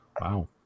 Wow